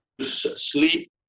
sleep